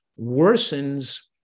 worsens